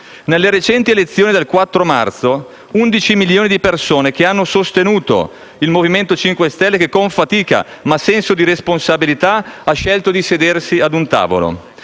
Nelle recenti elezioni del 4 marzo, 11 milioni di persone hanno sostenuto il Movimento 5 Stelle, che con fatica, ma senso di responsabilità, ha scelto di sedersi ad un tavolo.